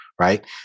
right